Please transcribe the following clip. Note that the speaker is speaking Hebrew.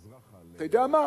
אתה יודע מה?